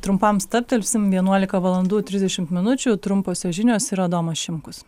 trumpam stabtelsim vienuolika valandų trisdešimt minučių trumposios žinios ir adomas šimkus